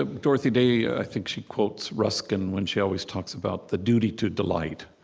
ah dorothy day yeah i think she quotes ruskin when she always talks about the duty to delight.